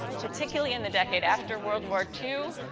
particularly in the decade after world war two.